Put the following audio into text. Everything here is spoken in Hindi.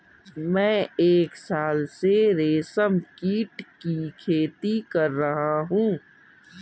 मैं एक साल से रेशमकीट की खेती कर रहा हूँ